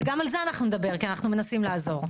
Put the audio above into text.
וגם על זה אנחנו נדבר, כי אנחנו מנסים לעזור.